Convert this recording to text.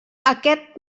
aquest